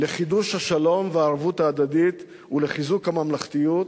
לחידוש השלום והערבות ההדדית ולחיזוק הממלכתיות,